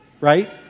right